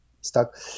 stuck